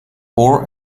bore